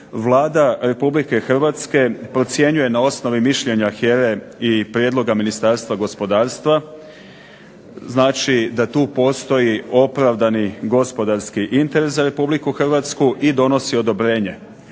Vlada procjenjuje po osnovi mišljenja HERA-e i prijedlog Ministarstva gospodarstva, dakle da tu postoji opravdani gospodarski interes za Republiku Hrvatsku i donosi odobrenje.